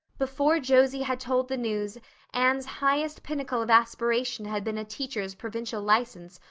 before josie had told the news anne's highest pinnacle of aspiration had been a teacher's provincial license,